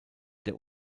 der